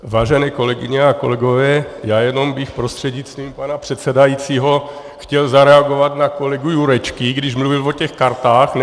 Vážené kolegyně a kolegové, jenom bych prostřednictvím pana předsedajícího chtěl zareagovat na kolegu Jurečku, když mluvil o kartách.